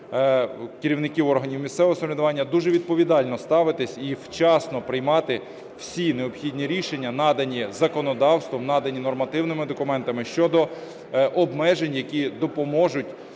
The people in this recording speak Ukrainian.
керівників органів місцевого самоврядування дуже відповідально ставитися і вчасно приймати всі необхідні рішення, надані законодавством, надані нормативними документами щодо обмежень, які допоможуть